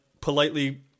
politely